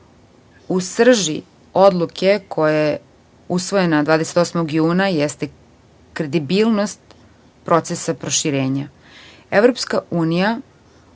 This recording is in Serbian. srži odluke koja je usvojena 28. juna jeste kredibilnost procesa proširenja. Evropska unija